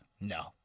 No